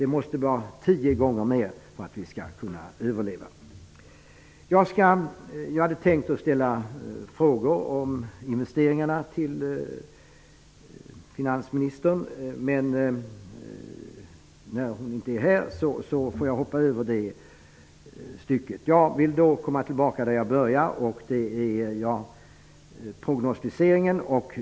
Det måste vara 10 gånger mer för att vi skall överleva. Jag hade tänkt ställa några frågor till finansministern om investeringarna, men nu är hon inte här. Jag får gå tillbaka där jag började, nämligen prognostiseringen.